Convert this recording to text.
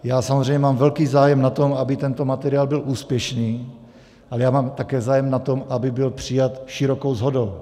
Já samozřejmě mám velký zájem na tom, aby tento materiál byl úspěšný, ale mám také zájem na tom, aby byl přijat širokou shodou.